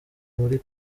muri